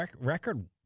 record